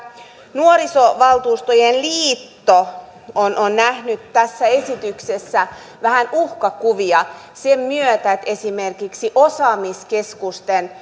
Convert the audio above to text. nuorisovaltuustojen liitto on on nähnyt tässä esityksessä vähän uhkakuvia sen myötä esimerkiksi osaamiskeskusten